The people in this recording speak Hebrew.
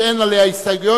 שאין עליו הסתייגות,